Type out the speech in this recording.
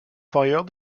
fired